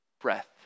breath